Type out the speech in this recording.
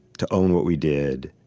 to own what we did,